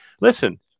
listen